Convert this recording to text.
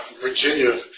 Virginia